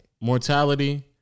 Mortality